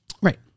right